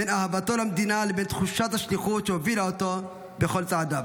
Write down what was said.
בין אהבתו למדינה לבין תחושת השליחות שהובילה אותו בכל צעדיו.